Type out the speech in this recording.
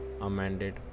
amended